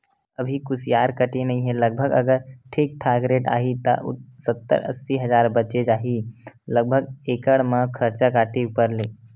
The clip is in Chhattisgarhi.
अभी कुसियार कटे नइ हे लगभग अगर ठीक ठाक रेट आही त सत्तर अस्सी हजार बचें जाही लगभग एकड़ म खरचा काटे ऊपर ले